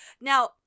Now